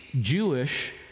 Jewish